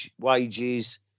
wages